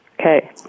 Okay